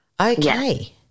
Okay